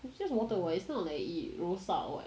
it's just water [what] is not like rosak [what]